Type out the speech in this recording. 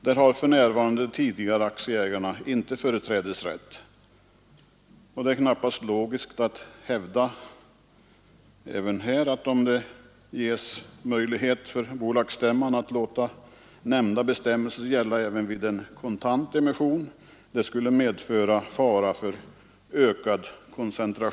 Det är knappast logiskt att hävda att det skulle medföra fara för ökad koncentration i näringslivet om det ges möjlighet för bolagsstämma att låta nämnda bestämmelser gälla även vid kontantemission.